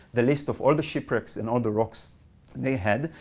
the list of all the shipwrecks and all the rocks they had.